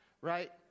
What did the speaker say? right